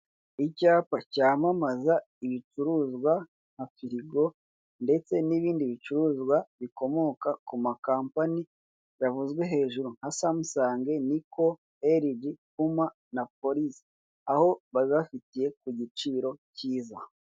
Icyapa cyamamaza ibicuruzwa, nka Firigo ndetse n'ibindi bicuruzwa bikomoka ku ma kampani yavuzwe hejuru nka Samsung ,Nikon ,LG, Puma na Police. Aho babibafiye ku giciro kiza.